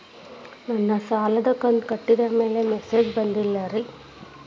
sir ನನ್ನ ಸಾಲದ ಕಂತು ಕಟ್ಟಿದಮೇಲೆ ಮೆಸೇಜ್ ಬಂದಿಲ್ಲ ರೇ